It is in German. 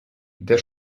der